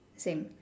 same